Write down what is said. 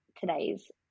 today's